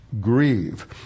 grieve